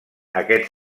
aquest